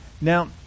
Now